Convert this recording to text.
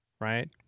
Right